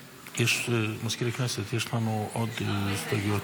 מזכיר הכנסת, יש לנו עוד הסתייגויות.